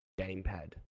gamepad